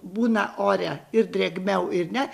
būna ore ir drėgmiau ir ne